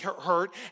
hurt